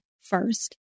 first